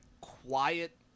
quiet